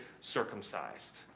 circumcised